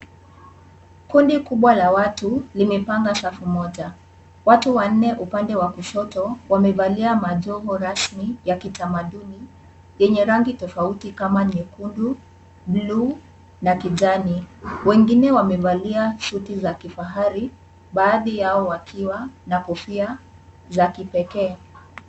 Kundi kubwa la watu limepanda safu moja. Watu wanne upande wa kushoto wamevalia majoho rasmi ya kitamaduni, yenye rangi tofauti kama nyekundu, blue , na kijani, wengine wamevalia suti za kifahari. aadhi yao wakiwa na kofia za kipekee.